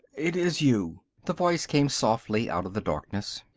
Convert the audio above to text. it is you the voice came softly out of the darkness,